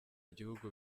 igihugu